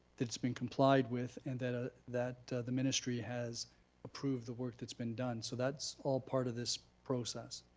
it's been complied with, and that ah that the ministry has approved the work that's been done. so that's all part of this process.